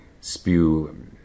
spew